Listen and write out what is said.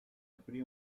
aprì